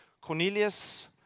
Cornelius